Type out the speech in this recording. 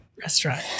restaurant